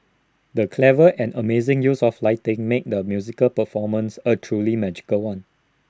the clever and amazing use of lighting made the musical performance A truly magical one